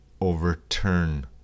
overturn